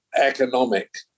economic